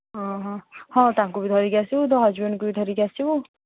ଓହୋ ହଉ ତାଙ୍କୁ ବି ଧରିକି ଆସିବୁ ତୋ ହଜବେଣ୍ଡ୍କୁ ବି ଧରିକି ଆସିବୁ